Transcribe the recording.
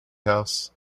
house